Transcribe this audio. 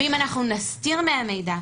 ואם אנחנו נסתיר מהן מידע,